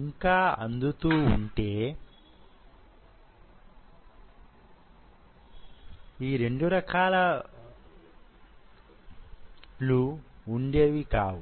ఇంకా అందుతూ వుంటే ఈ రెండు రకాలు వుండేవి కావు